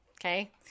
Okay